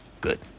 Good